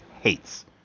hates